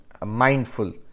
mindful